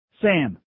Sam